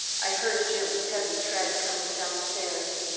i heard jim's heavy tread coming downstairs.